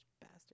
bastard